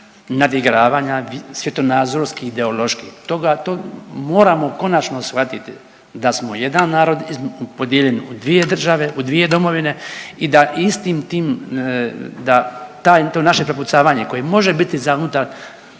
nadigravanja, svjetonazorskih, ideoloških, toga moramo konačno shvatiti da smo jedan narod podijeljen u dvije države, u dvije domovine i da istim tim, da taj to naše prepucavanje koje može biti za